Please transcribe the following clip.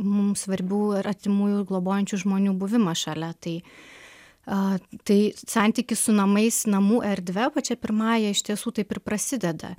mums svarbių ar artimųjų globojančių žmonių buvimą šalia tai a tai santykis su namais namų erdve pačia pirmąja iš tiesų taip ir prasideda